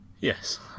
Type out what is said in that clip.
yes